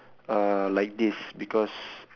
uh like this because